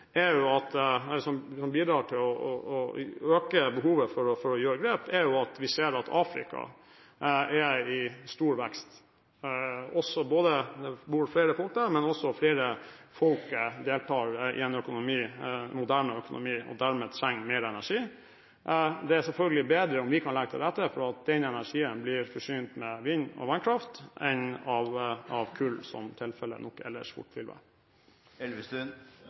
som bidrar til å øke behovet for å ta grep, er at Afrika er i stor vekst. Det bor flere mennesker der, og flere deltar også i moderne økonomi. Dermed trengs det mer energi. Det er selvfølgelig bedre om vi kan legge til rette for at den energien kommer fra vind- og vannkraft, enn at den kommer fra kull, som tilfellet nok ellers fort vil være.